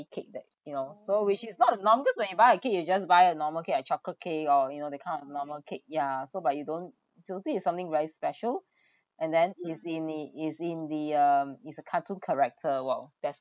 cake that you know so which is not a cause when you buy a cake you just buy a normal cake a chocolate cake or you know that kind of normal cake ya so but you don't so I think is something is very special and then it's in the it's in the uh it's a cartoon character !wow! that's